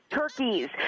turkeys